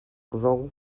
zong